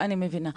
אני מבינה.